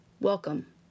Welcome